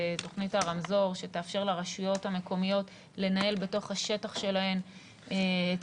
תוכנית הרמזור שתאפשר לרשויות המקומיות לנהל בתוך השטח שלהן את